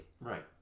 Right